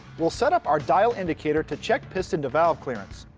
we'll set up our dial indicator to check piston to valve clearance.